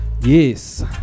Yes